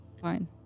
Fine